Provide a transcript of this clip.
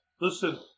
Listen